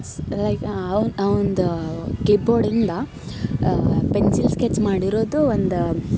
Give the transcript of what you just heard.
ಸ್ ಲೈಕ್ ಅವ್ನ ಅವ್ನ್ದ ಕ್ಲಿಪ್ ಬೋರ್ಡಿಂದ ಪೆನ್ಸಿಲ್ ಸ್ಕೆಚ್ ಮಾಡಿರೋದು ಒಂದು